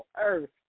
earth